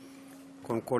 קודם כול,